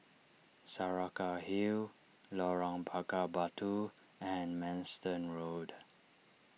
Saraca Hill Lorong Bakar Batu and Manston Road